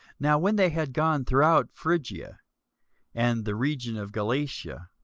now when they had gone throughout phrygia and the region of galatia,